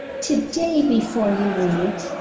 today before you read,